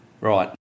Right